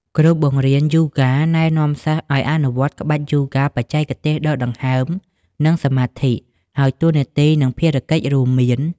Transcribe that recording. គ្រូបង្រៀនយូហ្គាណែនាំសិស្សឱ្យអនុវត្តក្បាច់យូហ្គាបច្ចេកទេសដកដង្ហើមនិងសមាធិ ហើយតួនាទី និងភារកិច្ចរួមមាន: